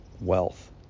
Wealth